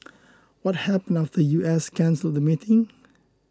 what happened U S cancelled the meeting